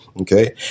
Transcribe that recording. Okay